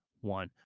one